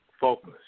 focus